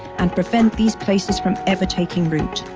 and prevent these places from ever taking root.